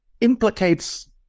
implicates